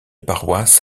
paroisse